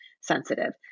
sensitive